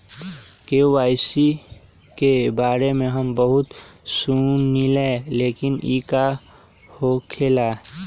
KYC के बारे में हम बहुत सुनीले लेकिन इ का होखेला?